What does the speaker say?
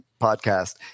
podcast